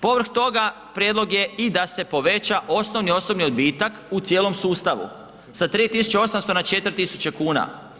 Povrh toga, prijedlog je i da se poveća osnovni osobni odbitak u cijelom sustavu, sa 3800 na 4000 kuna.